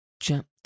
Chapter